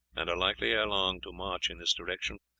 and are likely ere long to march in this direction.